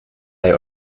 hij